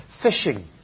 Fishing